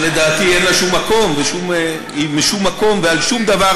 שלדעתי אין לה שום מקום והיא משום מקום ועל שום דבר.